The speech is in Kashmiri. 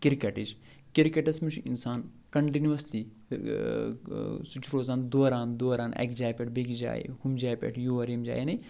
کِرکَٹٕچ کِرکَٹَس منٛز چھُ اِنسان کَنٹِنیوٗوَسلی سُہ چھُ روزان دوران دوران اَکہِ جایہِ پٮ۪ٹھ بیٚکِس جایہِ ہُمہِ جایہِ پٮ۪ٹھ یور ییٚمہِ جایہِ یعنی